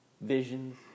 visions